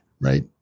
right